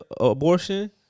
Abortion